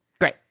Great